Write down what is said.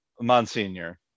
Monsignor